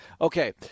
Okay